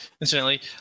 incidentally